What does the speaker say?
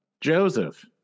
Joseph